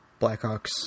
Blackhawks